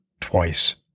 Twice